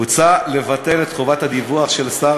הוצע לבטל את חובת הדיווח של השר